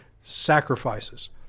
sacrifices